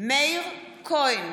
מאיר כהן,